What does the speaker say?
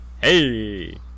Hey